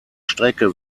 strecke